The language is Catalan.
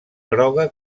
groga